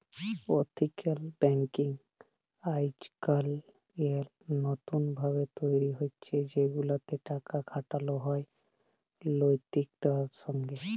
ethical banking আইজকাইল লতুল ভাবে তৈরি হছে সেগুলাতে টাকা খাটালো হয় লৈতিকতার সঙ্গে